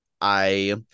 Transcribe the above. I-